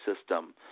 system